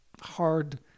hard